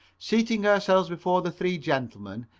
seating ourselves before the three gentlemen,